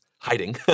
Hiding